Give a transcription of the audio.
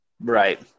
Right